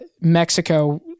Mexico